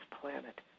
planet